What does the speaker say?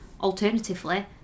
alternatively